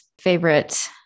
favorite